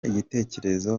igitekerezo